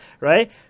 right